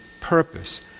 purpose